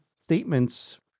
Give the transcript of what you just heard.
statements